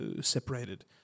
separated